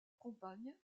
compagne